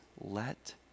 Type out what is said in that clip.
let